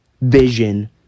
vision